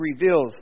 reveals